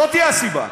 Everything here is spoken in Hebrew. זאת הסיבה.